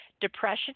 Depression